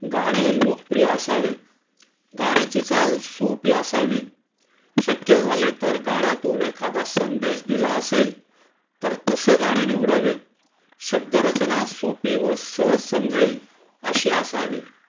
गाणे लोकप्रिय असावे गाण्याची चाल सोपी असावी शक्य झाले तर गाण्यातून एखादा संदेश दिला असेल तर तसे गाणे निवडावे शब्दरचना सोपी व सहज समजेल अशी असावी